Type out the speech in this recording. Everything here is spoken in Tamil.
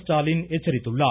ஸ்டாலின் எச்சரித்துள்ளார்